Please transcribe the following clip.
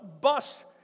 bus